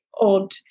odd